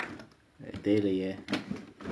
தெரியலையே:theriyalaiyae